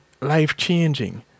life-changing